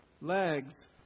legs